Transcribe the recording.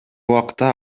убакта